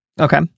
Okay